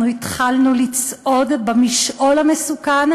אנחנו התחלנו לצעוד במשעול המסוכן,